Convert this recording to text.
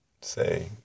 say